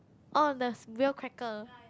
oh there's real cracker